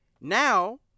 Now